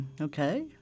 Okay